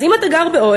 אז אם אתה גר באוהל,